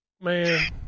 man